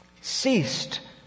ceased